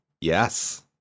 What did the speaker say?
Yes